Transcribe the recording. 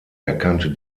erkannte